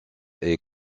est